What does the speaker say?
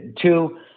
two